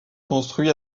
construit